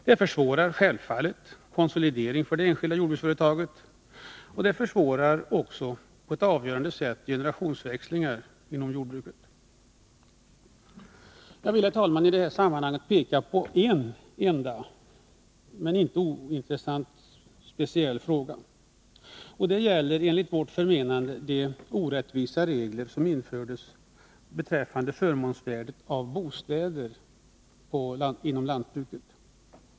Det försvårar självfallet konsolidering för det enskilda jordbruksföretaget, och det försvårar också på ett avgörande sätt generationsväxlingar inom jordbruket. Jag vill, herr talman, i det här sammanhanget peka på en enda, men inte ointressant, speciell fråga, nämligen de enligt vårt förmenande orättvisa regler som införts avseende förmånsvärde av bostäder inom lantbruket.